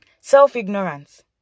self-ignorance